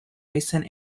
recent